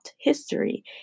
history